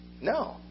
No